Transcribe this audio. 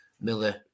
Miller